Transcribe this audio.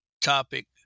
topic